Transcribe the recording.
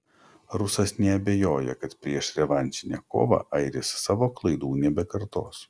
rusas neabejoja kad prieš revanšinę kovą airis savo klaidų nebekartos